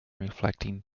reflecting